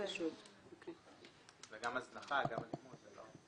אני רוצה שאת תבררי זה לגיטימי בעיניי.